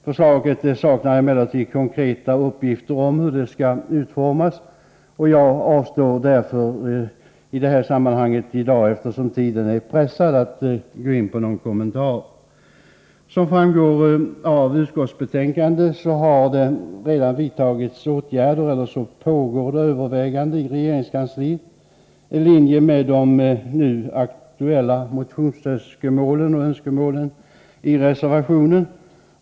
Förslaget saknar emellertid konkreta uppgifter om utformningen av systemet, varför jag i dag, med den tidspress vi har, avstår från närmare kommentarer. Som framgår av utskottsbetänkandet har det redan vidtagits åtgärder och pågår överväganden i regeringskansliet i linje med de nu aktuella motionsönskemålen och önskemålen i reservationen.